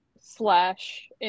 slash